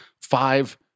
five